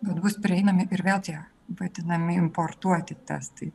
kad bus prieinami ir vėl tie vadinami importuoti testai